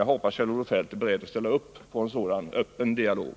Jag hoppas Kjell-Olof Feldt är beredd att ställa upp på en sådan öppen dialog.